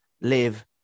live